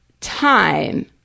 time